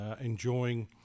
enjoying